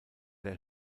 der